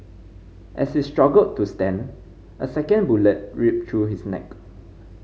as he struggled to stand a second bullet ripped through his neck